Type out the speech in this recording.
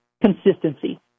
consistency